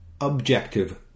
objective